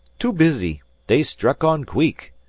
too busy. they struck on queek.